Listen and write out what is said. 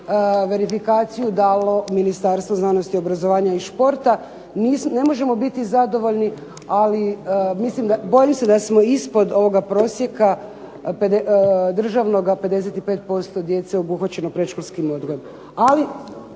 verifikaciju dalo Ministarstvo znanosti, obrazovanja i športa. Ne možemo biti zadovoljni, ali bojim se da ispod ovoga prosjeka državnoga 55% djece obuhvaćeno predškolskim odgojem,